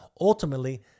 ultimately